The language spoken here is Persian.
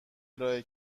ارائه